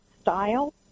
style